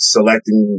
Selecting